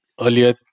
earlier